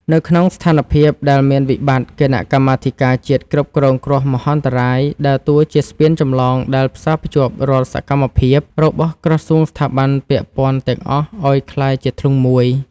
នៅក្នុងស្ថានភាពដែលមានវិបត្តិ គណៈកម្មាធិការជាតិគ្រប់គ្រងគ្រោះមហន្តរាយដើរតួជាស្ពានចម្លងដែលផ្សារភ្ជាប់រាល់សកម្មភាពរបស់ក្រសួងស្ថាប័នពាក់ព័ន្ធទាំងអស់ឱ្យក្លាយជាធ្លុងមួយ។